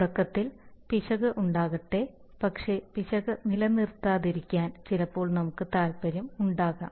തുടക്കത്തിൽ പിശക് ഉണ്ടാകട്ടെ പക്ഷേ പിശക് നിലനിൽക്കാതിരിക്കാൻ ചിലപ്പോൾ നമുക്ക് താല്പര്യം ഉണ്ടാക്കാം